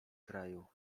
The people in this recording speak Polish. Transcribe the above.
kraju